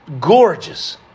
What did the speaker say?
Gorgeous